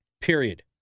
Period